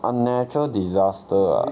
unnatural disaster ah